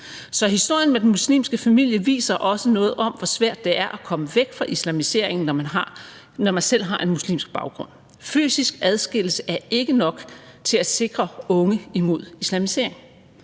Historien med den muslimske familie viser også noget om, hvor svært det er at komme væk fra islamisering, når man selv har en muslimsk baggrund. Fysisk adskillelse er ikke nok til at sikre unge imod islamisering.